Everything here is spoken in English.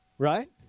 Right